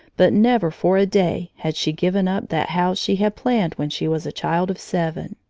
but never for a day had she given up that house she had planned when she was a child of seven.